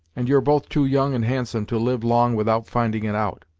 and you're both too young and handsome to live long without finding it out.